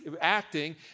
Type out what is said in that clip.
acting